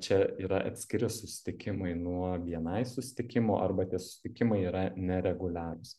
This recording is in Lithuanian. čia yra atskiri susitikimai nuo bni susitikimų arba tie susitikimai yra nereguliarūs